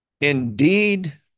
Indeed